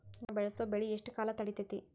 ನಾವು ಬೆಳಸೋ ಬೆಳಿ ಎಷ್ಟು ಕಾಲ ತಡೇತೇತಿ?